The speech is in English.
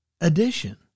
addition